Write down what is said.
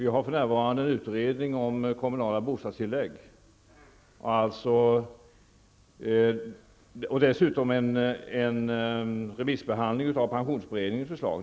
Det pågår för närvarande en utredning om kommunala bostadstillägg och dessutom en remissbehandling av pensionsberedningens förslag.